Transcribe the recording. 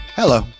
Hello